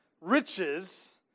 riches